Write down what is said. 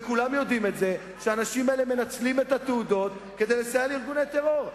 וכולם יודעים שהאנשים האלה מנצלים את התעודות כדי לסייע לארגוני טרור.